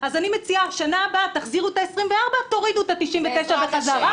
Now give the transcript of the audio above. מזכ"לית הסתדרות המורים